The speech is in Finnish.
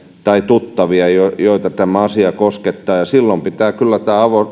tuttavia joita tämä asia koskettaa silloin pitää kyllä tämä asia laajentaa ja